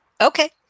Okay